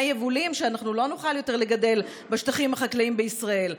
יבולים שאנחנו לא נוכל יותר לגדל בשטחים החקלאיים בישראל,